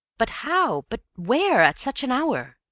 but how but where at such an hour?